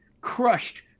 crushed